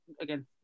again